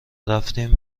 رفتیم